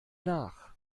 nach